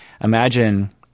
imagine